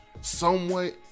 somewhat